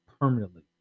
permanently